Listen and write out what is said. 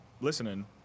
listening